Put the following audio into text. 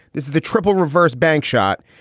this is the triple reverse bank shot.